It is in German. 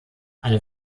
eine